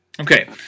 Okay